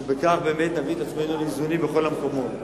בכך באמת נביא את עצמנו לאיזונים בכל המקומות.